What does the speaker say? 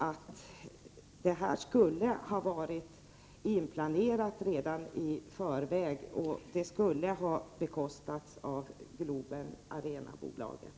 Den här anläggningen skulle varit inplanerad redan i förväg, och den skulle ha bekostats av Stockholm Globen Arena AB.